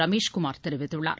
ரமேஷ் குமார் தெரிவித்துள்ளார்